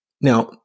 Now